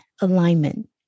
alignment